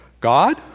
God